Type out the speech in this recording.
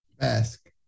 Ask